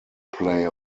play